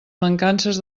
mancances